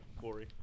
glory